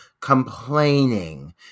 complaining